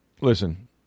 listen